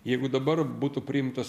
jeigu dabar būtų priimtas